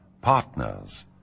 partners